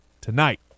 tonight